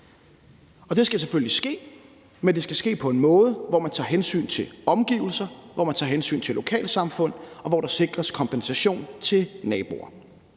Det skal selvfølgelig ske, men det skal ske på en måde, hvor man tager hensyn til omgivelser, hvor man tager hensyn til lokalsamfund, og hvor der sikres kompensation til naboer.